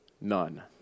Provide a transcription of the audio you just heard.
none